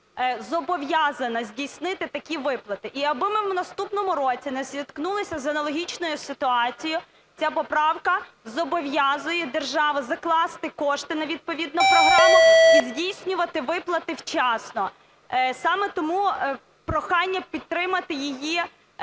зобов'язана здійснити такі виплати. І аби ми в наступному році не зіткнулися з аналогічною ситуацією, ця поправка зобов'язує державу закласти кошти на відповідну програму і здійснювати виплати вчасно. Саме тому прохання підтримати її